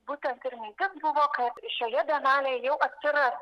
būtent ir mintis buvo kad šioje bienalėj jau yra